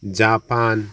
Japan